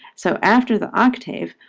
so after the octave,